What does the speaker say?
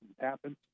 happen